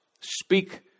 speak